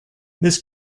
this